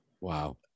wow